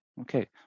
okay